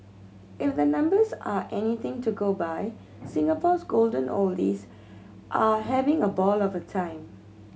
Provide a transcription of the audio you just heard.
if the numbers are anything to go by Singapore's golden oldies are having a ball of a time